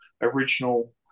original